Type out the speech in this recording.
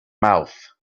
mouth